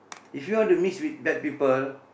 if you want to mix with bad people